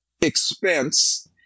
expense